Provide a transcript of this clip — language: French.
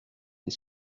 les